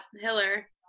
Hiller